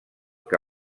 que